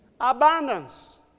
Abundance